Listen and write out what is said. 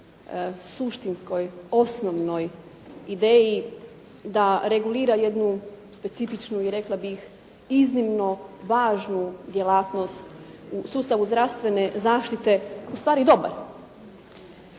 suštinskoj, osnovnoj ideji da regulira jednu specifičnu i rekla bih iznimno važnu djelatnost u sustavu zdravstvene zaštite ustvari dobar.